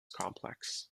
complex